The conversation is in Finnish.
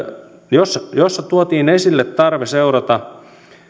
jossa tuotiin esille tarve seurata